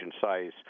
size